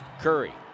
Curry